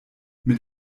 mit